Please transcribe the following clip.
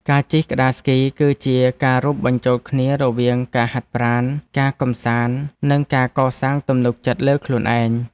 ការជិះក្ដារស្គីគឺជាការរួមបញ្ចូលគ្នារវាងការហាត់ប្រាណ ការកម្សាន្ត និងការកសាងទំនុកចិត្តលើខ្លួនឯង។